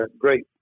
great